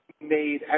made